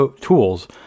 tools